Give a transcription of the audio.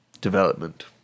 development